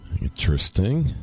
Interesting